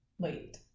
Late